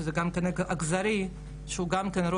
שהוא לא חותם על תעודות נישואים של יוצאי אתיופיה וגם היום,